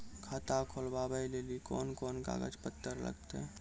खाता खोलबाबय लेली कोंन कोंन कागज पत्तर लगतै?